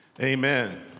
Amen